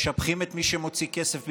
משבחים את מי שמוציא כסף מישראל,